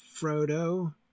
Frodo